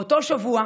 באותו שבוע